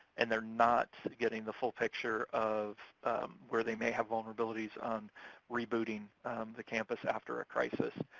and they're not getting the full picture of where they may have vulnerabilities on rebooting the campus after a crisis,